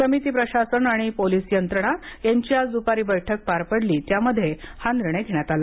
समिती प्रशासन आणि पोलीस यंत्रणा यांची आज द्पारी बैठक पार पडली त्यामध्ये हा निर्णय घेण्यात आला